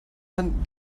man